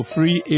Free